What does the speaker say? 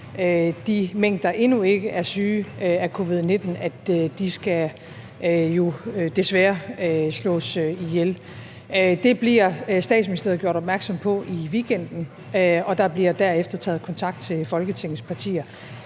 de mink, der endnu ikke er syge af covid-19, desværre skal slås ihjel. Det bliver Statsministeriet gjort opmærksom på i weekenden, og der bliver derefter taget kontakt til Folketingets partier.